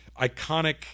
iconic